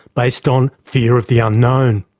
based on fear of the unknown.